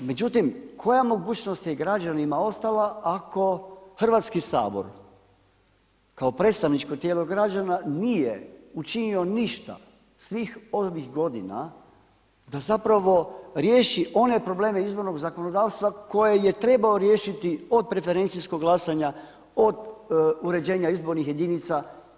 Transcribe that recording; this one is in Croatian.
Međutim, koja mogućnost je građanima ostala ako Hrvatski sabor kao predstavničko tijelo građana nije učinilo ništa svih ovih godina da zapravo riješi one probleme izbornog zakonodavstva koje je trebao riješiti od preferencijskog glasanja, od uređenja izbornih jedinica.